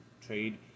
trade